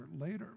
later